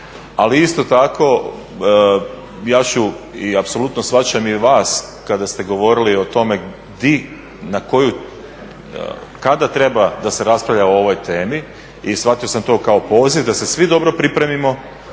Ali isto tako, ja ću i apsolutno shvaćam i vas kada ste govorili o tome di, na koju, kada treba da se raspravlja o ovoj temi i shvatio sam to kao poziv da se svi dobro pripremimo